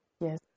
Yes